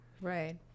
Right